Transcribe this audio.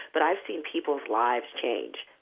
but i've seen peoples' lives change.